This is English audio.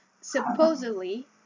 supposedly